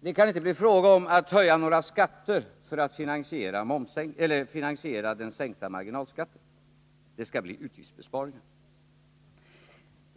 det inte kan bli fråga om att höja några skatter för att finansiera den sänkta marginalskatten, utan det skall bli utgiftsbesparingar.